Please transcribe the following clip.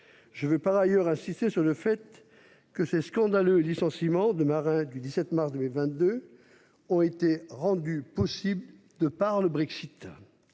J'insiste par ailleurs sur le fait que les scandaleux licenciements de marins le 17 mars 2022 ont été rendus possibles par le Brexit.